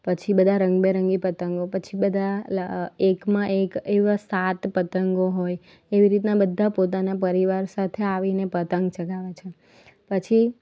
પછી બધા રંગબેરંગી પતંગો પછી બધા એકમાં એક એવા સાત પતંગો હોય એવી રીતના બધા પોતાના પરિવાર સાથે આવીને પતંગ ચગાવે છે પછી